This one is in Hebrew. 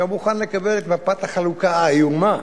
שהיה מוכן לקבל את מפת החלוקה, האיומה,